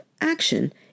action